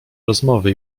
rozmowy